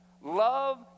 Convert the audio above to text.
love